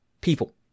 people